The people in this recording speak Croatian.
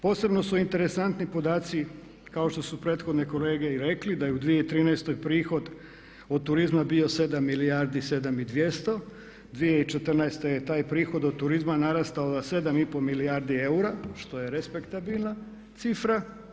Posebno su interesantni podaci kao što su prethodne kolege i rekli da je u 2013. prihod od turizma bio 7 milijardi, 7200. 2014. je taj prihod od turizma narastao na 7 i pol milijardi eura što je respektabilna cifra.